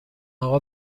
اقا